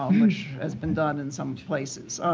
um which has been done in some places.